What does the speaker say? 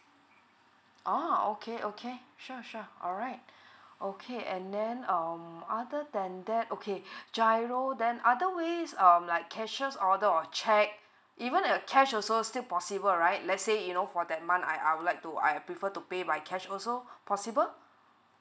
oh okay okay sure sure alright okay and then um other than that okay giro than other ways um like cashier's order or cheque even a cash also still possible right let's say you know for that month I I would like to I prefer to pay by cash also possible